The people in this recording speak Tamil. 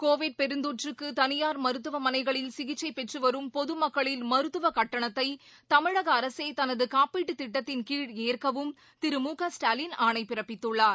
கோவிட் பெருந்தொற்றுக்கு தனியார் மருத்துவமனைகளில் சிகிச்சை பெற்று வரும் பொதுமக்களின் மருத்துவக் கட்டணத்தை தமிழக அரசே தனது காப்பீட்டுத் திட்டத்தின் கீழ் ஏற்கவும் திரு மு க ஸ்டாலின் ஆணை பிறப்பித்துள்ளார்